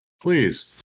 Please